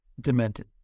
demented